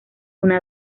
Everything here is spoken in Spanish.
una